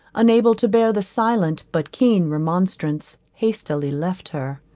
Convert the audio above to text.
unable to bear the silent but keen remonstrance, hastily left her.